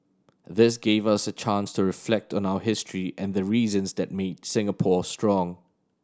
this give us a chance to reflect on our history and the reasons that made Singapore strong